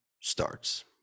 starts